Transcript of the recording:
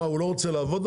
המחסן לא רוצה לעבוד?